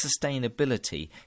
sustainability